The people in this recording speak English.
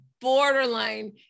borderline